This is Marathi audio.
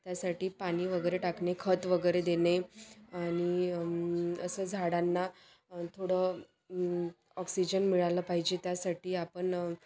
त्यासाठी पाणी वगैरे टाकणे खत वगैरे देणे आणि असं झाडांना थोडं ऑक्सिजन मिळालं पाहिजे त्यासाठी आपण